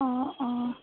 অ অ